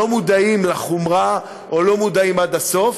לא מודעים לחומרה או לא מודעים לה עד הסוף.